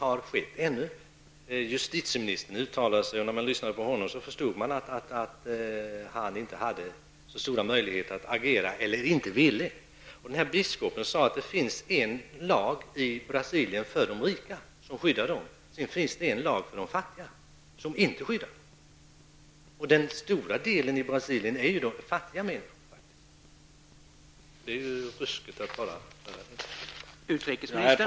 Av justitieministerns uttalande förstod man att han inte hade så stora möjligheter, eller någon större vilja, att agera. Biskopen menade att det finns en lag för de rika i Brasilien som skyddar dem, medan det finns en annan för de fattiga som inte skyddar dem. Den stora andelen människor i Brasilien är fattiga. Det är ju ruskigt att det skall vara på det sättet.